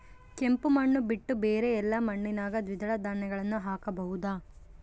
ಕೆಂಪು ಮಣ್ಣು ಬಿಟ್ಟು ಬೇರೆ ಎಲ್ಲಾ ಮಣ್ಣಿನಾಗ ದ್ವಿದಳ ಧಾನ್ಯಗಳನ್ನ ಹಾಕಬಹುದಾ?